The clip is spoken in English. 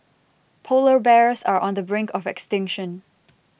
Polar Bears are on the brink of extinction